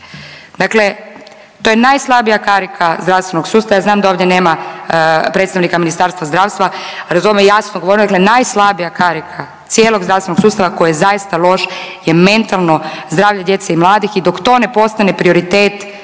Dakle, to je najslabija karika zdravstvenog sustava. Ja znam da ovdje nema predstavnika Ministarstva zdravstva …/Govornica se ne razumije./… govorim dakle najslabija karika cijelog zdravstvenog sustava koji je zaista loš je mentalno zdravlje djece i mladih i dok to ne postane prioritet ministra